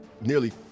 nearly